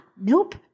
nope